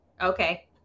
Okay